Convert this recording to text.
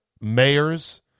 mayors